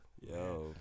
Yo